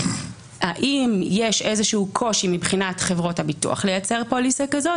האם יש איזה שהוא קושי מבחינת חברות הביטוח לייצר פוליסה כזאת,